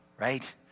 right